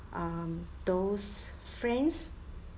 um those friends